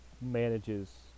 manages